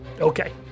Okay